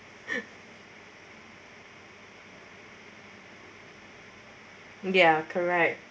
ya correct